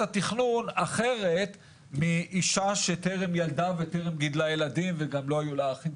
התכנון אחרת מאישה שטרם ילדה וטרם גידלה ילדים וגם לא היו לה אחים.